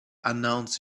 announce